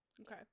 Okay